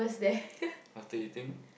after eating